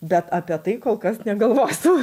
bet apie tai kol kas negalvosiu